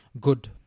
good